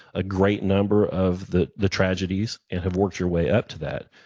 a great number of the the tragedies and have worked your way up to that,